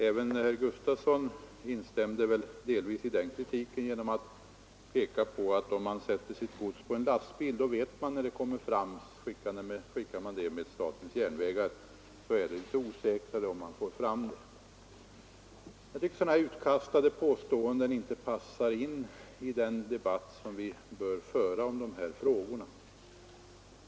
Även herr Gustafson i Göteborg instämde delvis i den kritiken genom att säga att om man sätter sitt gods på en lastbil vet man när det kommer fram, men skickar man det med statens järnvägar är det litet osäkrare om det når bestämmelseorten. Jag tycker att sådana löst utkastade påståenden inte passar in i den debatt som vi bör föra om de här frågorna.